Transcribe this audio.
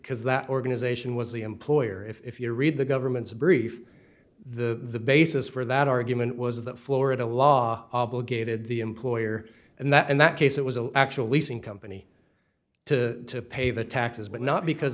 because that organization was the employer if you read the government's brief the basis for that argument was that florida law obligated the employer and that in that case it was an actual leasing company to pay the taxes but not because